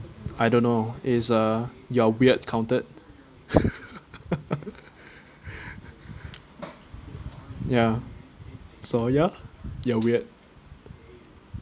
I don't know is uh you're weird counted ya so ya you're weird